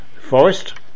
forest